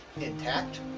intact